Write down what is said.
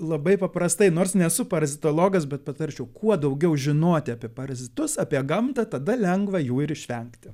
labai paprastai nors nesu parazitologas bet patarčiau kuo daugiau žinoti apie parazitus apie gamtą tada lengva jų ir išvengti